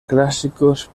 clásicos